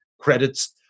credits